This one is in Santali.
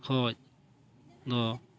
ᱠᱷᱚᱱ ᱫᱚ